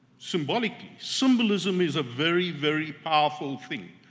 symbolically. symbolism is a very, very powerful thing.